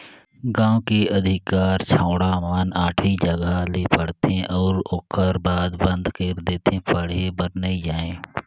गांव के अधिकार छौड़ा मन आठवी जघा ले पढ़थे अउ ओखर बाद बंद कइर देथे पढ़े बर नइ जायें